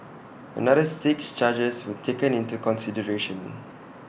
another six charges were taken into consideration